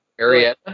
Arietta